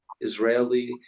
israeli